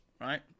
right